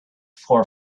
far